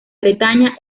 bretaña